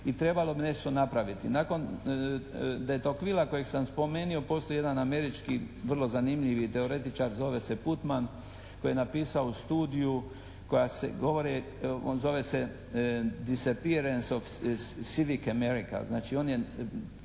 i trebalo bi nešto napraviti. Nakon … /Govornik se ne razumije./ kojeg sam spomenuo postoji jedan američki vrlo zanimljivi teoretičar, zove se Putman, koji je napisao studiju koja govori, zove se "Disappearance of civic America". Znači on je